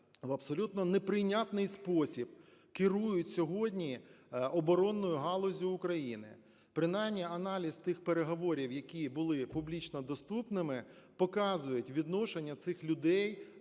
в абсолютно неприйнятний спосіб керують сьогодні оборонною галуззю України. Принаймні аналіз тих переговорів, які були публічно доступними, показують відношення цих людей